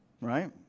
Right